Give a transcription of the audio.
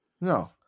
no